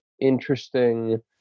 interesting